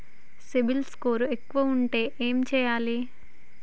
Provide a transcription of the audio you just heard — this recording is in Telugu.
సిబిల్ స్కోరు తక్కువ ఉంటే ఏం చేయాలి?